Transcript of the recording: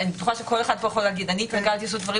אני בטוחה שכל אחד כאן יכול להגיד שהוא התרגל לעשות דברים